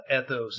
ethos